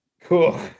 Cool